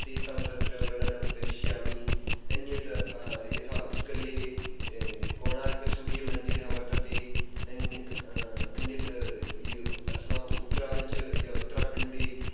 तेषां तत्र वर्णनं करिष्यामि अन्यत् यथा उत्कले कोणार्कसूर्यमन्दिरः वर्तते अन्य अन्यत् ये अस्माकम् उत्तराञ्चल् या उत्तराखण्डे